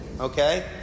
Okay